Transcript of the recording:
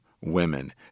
women